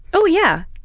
oh yeah,